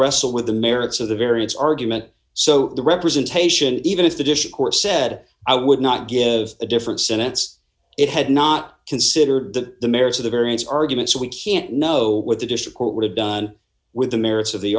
wrestle with the merits of the variance argument so the representation even if the dish court said i would not give a different senates it had not considered that the merits of the various arguments we can't know what the dish court would have done with the merits of the